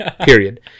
period